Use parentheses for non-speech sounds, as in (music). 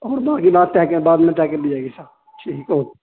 اور (unintelligible) بات بعد میں طے کر لی جائے گی سر ٹھیک ہے اوکے